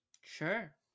Sure